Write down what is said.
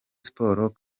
sport